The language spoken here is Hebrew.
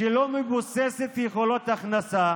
שלא מבוססת יכולות הכנסה,